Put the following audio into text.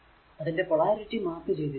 അതിന്റെ polarity mark ചെയ്തിരിക്കുന്നു